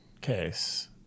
case